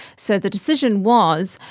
so the decision was,